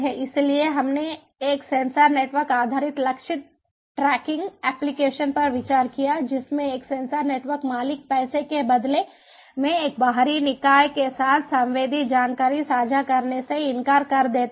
इसलिए हमने एक सेंसर नेटवर्क आधारित लक्ष्य ट्रैकिंग एप्लिकेशन पर विचार किया जिसमें एक सेंसर नेटवर्क मालिक पैसे के बदले में एक बाहरी निकाय के साथ संवेदी जानकारी साझा करने से इनकार कर देता है